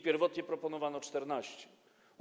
Pierwotnie proponowano 14 dni.